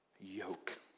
yoke